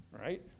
right